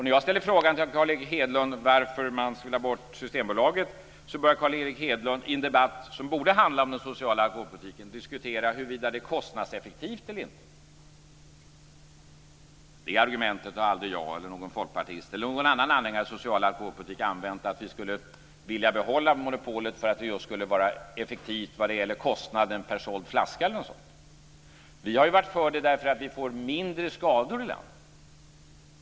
När jag ställer frågan till Carl Erik Hedlund varför man ska ta bort Systembolaget börjar Carl Erik Hedlund i en debatt som borde handla om den sociala alkoholpolitiken diskutera huruvida Systembolaget är kostnadseffektivt eller inte. Varken jag, någon annan folkpartist eller någon annan anhängare av en social alkoholpolitik har någonsin använt argumentet att vi skulle vilja behålla monopolet därför att det skulle vara effektivt vad gäller kostnaden per såld flaska eller något sådant. Vi har varit för det därför att det ger mindre skador i landet.